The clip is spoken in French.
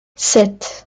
sept